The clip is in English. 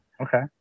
okay